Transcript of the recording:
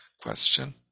question